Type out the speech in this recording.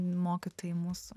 mokytojai mūsų